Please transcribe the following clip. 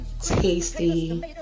tasty